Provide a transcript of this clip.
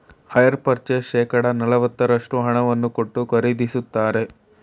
hire purchase ಶೇಕಡ ನಲವತ್ತರಷ್ಟು ಹಣವನ್ನು ಕೊಟ್ಟು ಖರೀದಿಸುತ್ತಾರೆ